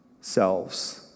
selves